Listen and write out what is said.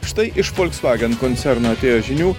štai iš folksvagen koncerno atėjo žinių